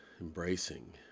embracing